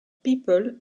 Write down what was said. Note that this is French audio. people